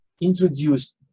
introduced